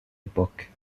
époque